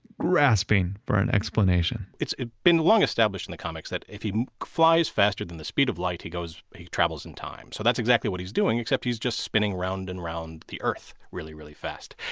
grasping for an explanation it's it's been long established in the comics that if he flies faster than the speed of light, he goes, he travels in time. so that's exactly what he's doing except he's just spinning round and round the earth really, really fast.